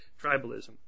tribalism